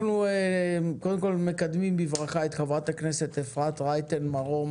אנחנו מקדמים בברכה את חברת הכנסת אפרת רייטן מרום